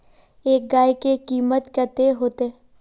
एक गाय के कीमत कते होते?